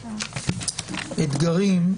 אתגרים.